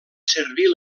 servir